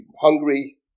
hungry